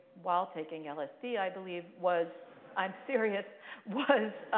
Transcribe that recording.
while taking lsd i believe, was i'm serious was